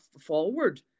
forward